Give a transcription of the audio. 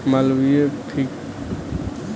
Malviya fifteen के विशेषता का होला?